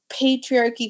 patriarchy